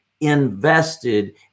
invested